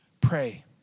pray